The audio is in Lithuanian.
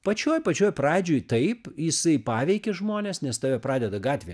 pačioj pačioj pradžioj taip jisai paveikia žmones nes tave pradeda gatvėj